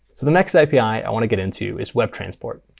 so the next api want to get into is webtransport,